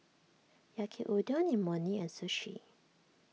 Yaki Udon Imoni and Sushi